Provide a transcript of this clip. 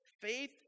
faith